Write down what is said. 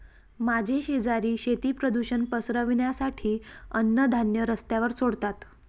माझे शेजारी शेती प्रदूषण पसरवण्यासाठी अन्नधान्य रस्त्यावर सोडतात